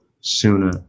sooner